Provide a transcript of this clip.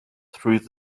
through